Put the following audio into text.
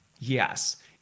Yes